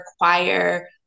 require